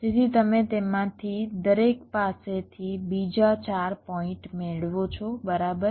તેથી તમે તેમાંથી દરેક પાસેથી બીજા 4 પોઇન્ટ મેળવો છો બરાબર